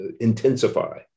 intensify